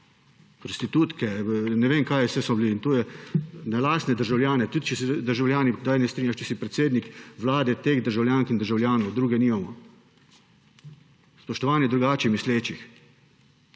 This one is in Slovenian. Presstitutke, ne vem, kaj vse so bili. In to je na lastne državljane letelo. Tudi če se z državljani kdaj ne strinjaš, si predsednik Vlade teh državljank in državljanov, druge nimamo. Spoštovanje drugače mislečih.